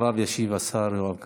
אחריו ישיב השר יואב גלנט.